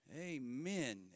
amen